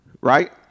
Right